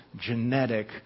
genetic